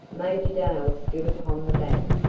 major dale stood upon the bank,